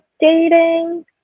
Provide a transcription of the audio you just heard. dating